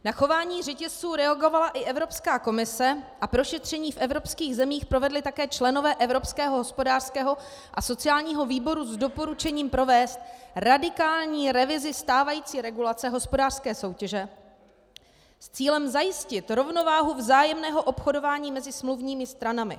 Na chování řetězců reagovala i Evropská komise a prošetření v evropských zemích provedli také členové evropského hospodářského a sociálního výboru s doporučením provést radikální revizi stávající regulace hospodářské soutěže s cílem zajistit rovnováhu vzájemného obchodování mezi smluvními stranami.